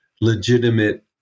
legitimate